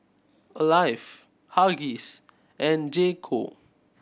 Alive Huggies and J Co